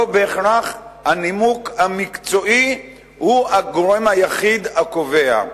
לא בהכרח הנימוק המקצועי הוא הגורם היחיד הקובע.